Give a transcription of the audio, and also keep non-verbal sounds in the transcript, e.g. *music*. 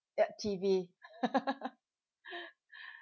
yup T_V *laughs*